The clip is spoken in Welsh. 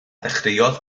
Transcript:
ddechreuodd